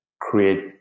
create